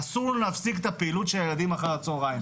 אסור להפסיק את הפעילות של הילדים אחרי הצהריים,